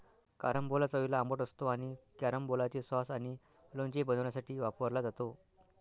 carambola चवीला आंबट असतो आणि कॅरंबोलाचे सॉस आणि लोणचे बनवण्यासाठी वापरला जातो